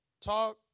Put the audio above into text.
talk